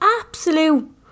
absolute